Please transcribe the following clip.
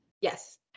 Yes